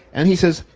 and he says,